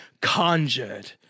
conjured